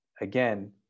Again